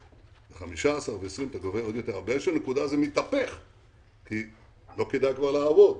20%. באיזו נקודה זה מתהפך כי כבר לא כדאי לעבוד.